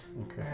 Okay